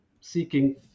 seeking